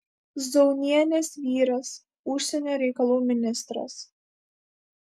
zaunienės vyras užsienio reikalų ministras